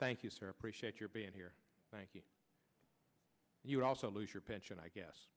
thank you sir appreciate your being here thank you also lose your pension i guess